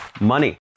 money